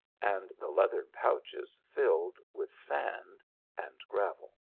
and the leathern pouches filled with sand and gravel!